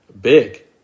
Big